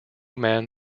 man